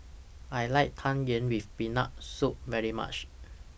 I like Tang Yuen with Peanut Soup very much